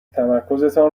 تمرکزتان